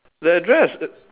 the address